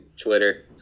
twitter